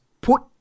put